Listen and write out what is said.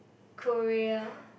Korea